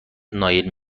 نایل